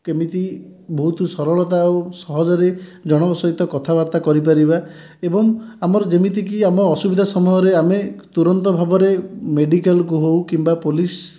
କେମିତି ବହୁତ ସରଳତା ଆଉ ସହଜରେ ଜଣଙ୍କ ସହିତ କଥାବାର୍ତ୍ତା କରିପାରିବା ଏବଂ ଆମର ଯେମିତିକି ଆମେ ଅସୁବିଧା ସମୟରେ ଆମେ ତୁରନ୍ତ ଭାବରେ ମେଡ଼ିକାଲକୁ ହେଉ କିମ୍ବା ପୋଲିସ୍